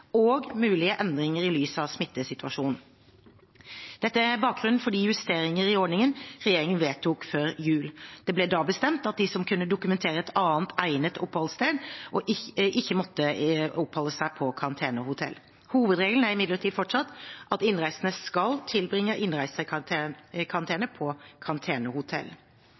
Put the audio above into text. og mulige endringer i lys av smittesituasjonen. Dette er bakgrunnen for de justeringene i ordningen regjeringen vedtok før jul. Det ble da bestemt at de som kunne dokumentere et annet egnet oppholdssted, ikke måtte oppholde seg på karantenehotell. Hovedregelen er imidlertid fortsatt at innreisende skal tilbringe innreisekarantene på